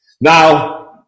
Now